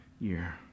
year